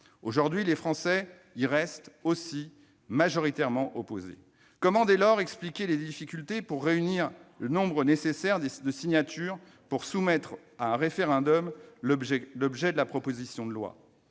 Aujourd'hui, les Français restent aussi majoritairement opposés à une telle mesure. Comment dès lors expliquer les difficultés pour réunir le nombre nécessaire de signatures pour soumettre à référendum l'objet de la proposition de loi ?